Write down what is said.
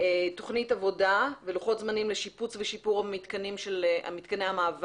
תוכנית עבודה ולוחות זמנים לשיפוץ ושיפור מתקני המעבר.